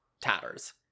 tatters